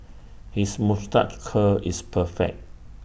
his moustache curl is perfect